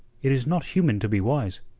it is not human to be wise,